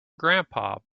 grandpa